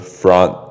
front